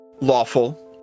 Lawful